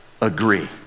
agree